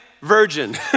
virgin